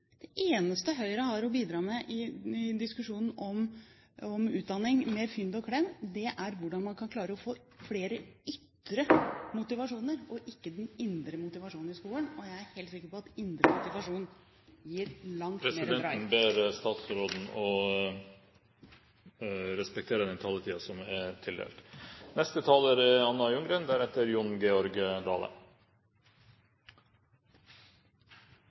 bidra med i diskusjonen om utdanning – med fynd og klem – er hvordan man kan klare å få flere ytre motivasjoner, og ikke den indre motivasjonen i skolen. Jeg er helt sikker på at indre motivasjon gir langt bedre læring. Presidenten ber statsråden om å respektere den taletiden som er tildelt. Kjernen i det spørsmålet som representanten Aspaker tar opp, er